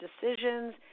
decisions